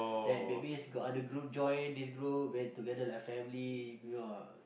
that maybe got another group join this group then together like family you know ah